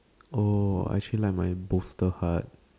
oh I actually like my bolster heart